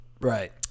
Right